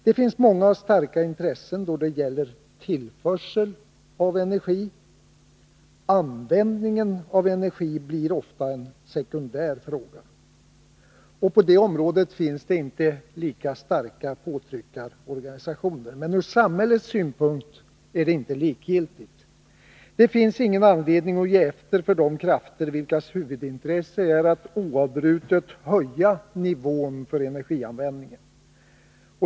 Det finns många och starka intressenter då det gäller tillförsel av energi. Användningen av energi blir ofta en sekundär fråga. På det området finns det inte lika starka påtryckarorganisationer. Men ur samhällets synpunkt är det inte likgiltigt. Det finns ingen anledning att ge efter för de krafter vilkas huvudintresse är att oavbrutet höja nivån för energianvändningen.